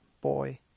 boy